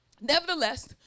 Nevertheless